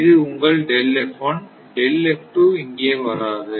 இது உங்கள் இங்கே வராது